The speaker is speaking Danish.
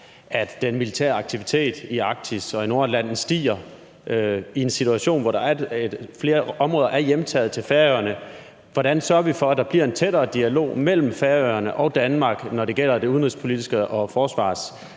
den militære aktivitet i Arktis og i Nordatlanten stiger i en situation, hvor der er flere områder hjemtaget til Færøerne, sørger for, at der bliver en tættere dialog mellem Færøerne og Danmark, når det gælder det udenrigspolitiske og forsvarsmæssige